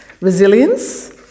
resilience